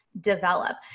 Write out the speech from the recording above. develop